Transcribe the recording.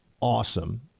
awesome